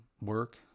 work